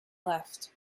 left